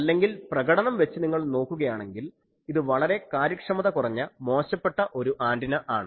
അല്ലെങ്കിൽ പ്രകടനം വെച്ച് നിങ്ങൾ നോക്കുകയാണെങ്കിൽ ഇത് വളരെ കാര്യക്ഷമത കുറഞ്ഞ മോശപ്പെട്ട ഒരു ആൻറിന ആണ്